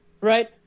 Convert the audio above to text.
right